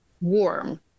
warm